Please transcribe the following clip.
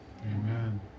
Amen